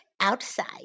outside